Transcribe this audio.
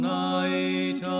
night